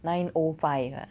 nine O five ah